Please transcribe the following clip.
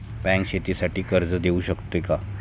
Bank शेतीसाठी कर्ज देऊ शकते का?